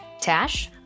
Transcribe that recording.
Tash